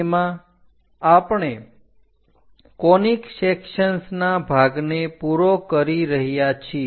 તેમાં આપણે કોનીક સેકસન્સના ભાગને પૂરો કરી રહયા છીએ